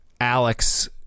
Alex